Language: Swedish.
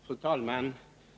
Fru talman!